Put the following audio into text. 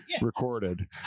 recorded